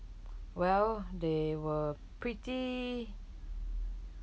well they were pretty